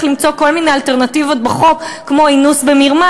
למצוא כל מיני אלטרנטיבות בחוק כמו אינוס במרמה,